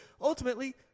ultimately